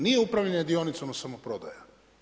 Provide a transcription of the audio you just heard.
Nije upravljanje dionicama samo prodaja.